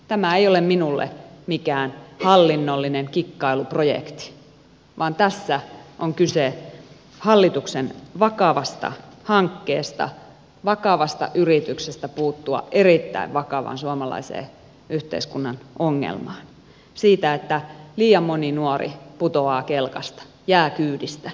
tämä ei ole minulle mikään hallinnollinen kikkailuprojekti vaan tässä on kyse hallituksen vakavasta hankkeesta vakavasta yrityksestä puuttua erittäin vakavaan suomalaisen yhteiskunnan ongelmaan siitä että liian moni nuori putoaa kelkasta jää kyydistä käytetäänpä sitten mitä termiä hyvänsä